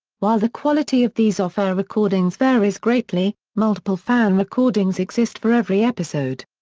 while the quality of these off-air recordings varies greatly, multiple fan recordings exist for every episode.